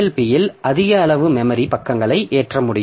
பியில் அதிக அளவு மெமரி பக்கங்களை ஏற்ற முடியும்